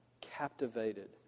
captivated